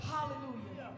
Hallelujah